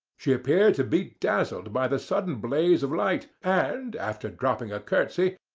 she appeared to be dazzled by the sudden blaze of light, and after dropping a curtsey,